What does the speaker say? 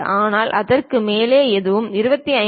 ஆனால் அதற்கு மேல் எதுவும் 25